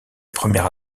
première